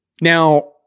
Now